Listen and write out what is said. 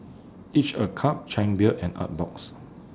Each A Cup Chang Beer and Artbox